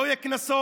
לא יהיו קנסות,